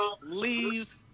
leaves